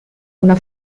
una